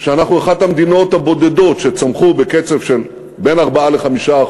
שאנחנו אחת המדינות הבודדות שצמחו בקצב של בין 4% ל-5%,